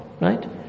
Right